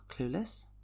clueless